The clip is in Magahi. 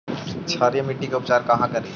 क्षारीय मिट्टी के उपचार कहा करी?